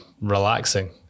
relaxing